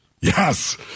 Yes